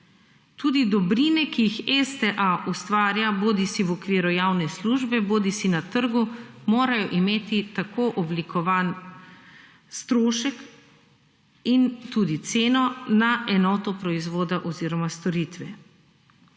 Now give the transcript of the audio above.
Tudi dobrine, ki jih STA ustvarja bodisi v okviru javne službe bodisi na trgu, morajo imeti tako oblikovan strošek in tudi ceno na enoto proizvoda oziroma storitve.